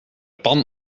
pan